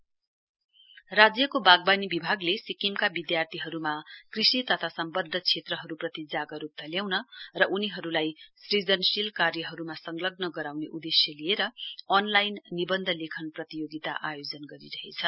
एस्से competition राज्यको वाग्वनी विभागले सिक्किमका विद्यार्थीहरुमा कृषि तथा सम्वध्द क्षेत्रहरुप्रति जागरुकता ल्याउन र उनीहरुलाई सृजशील कार्यहरुमा संलग्न गराउने देश्य लिएर अनलाइन निवन्ध लेखन प्रतियोगिता आयोजन गरिरहेछ